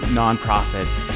nonprofits